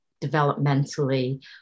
developmentally